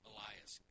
Elias